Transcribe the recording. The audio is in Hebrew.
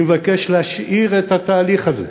אני מבקש להשאיר את התהליך הזה,